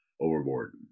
overboard